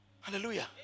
Hallelujah